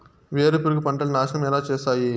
వేరుపురుగు పంటలని నాశనం ఎలా చేస్తాయి?